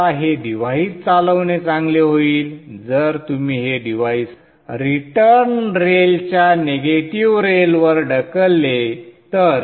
आता हे डिव्हाइस चालवणे चांगले होईल जर तुम्ही हे डिव्हाइस रिटर्न रेलच्या निगेटिव्ह रेलवर ढकलले तर